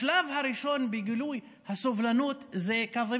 השלב הראשון בגילוי הסובלנות זה (אומר